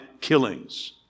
killings